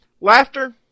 Laughter